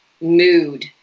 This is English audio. Mood